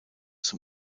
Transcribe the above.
zum